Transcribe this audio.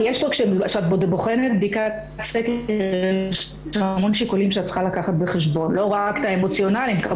כי כשאת בוחנת פה בדיקת סקר יש המון שיקולים שאת צריכה לקחת בחשבון,